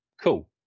Cool